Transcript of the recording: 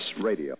Radio